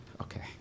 Okay